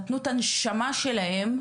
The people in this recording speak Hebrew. נתנו את הנשמה שלהם,